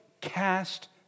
Cast